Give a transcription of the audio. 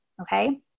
Okay